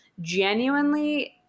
genuinely